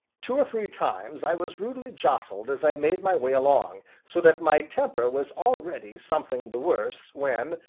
two or three times i was rudely jostled as i made my way along, so that my temper was already something the worse, when,